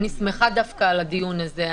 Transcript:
אני שמחה דווקא על הדיון הזה.